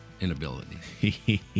inability